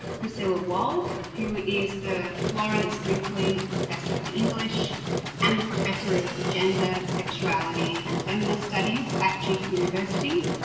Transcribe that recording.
priscilla wald who is the florence brinkley professor of english and the professor of gender sexuality and feminist studies at duke university.